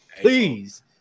please